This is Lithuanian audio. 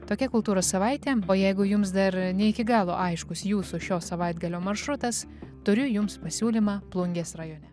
tokia kultūros savaitė o jeigu jums dar ne iki galo aiškus jūsų šio savaitgalio maršrutas turiu jums pasiūlymą plungės rajone